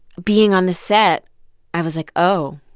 being on the set i was like, oh,